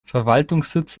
verwaltungssitz